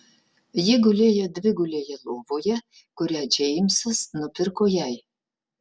ji gulėjo dvigulėje lovoje kurią džeimsas nupirko jai